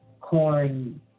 corn